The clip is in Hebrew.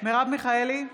מרב מיכאלי,